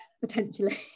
potentially